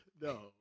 No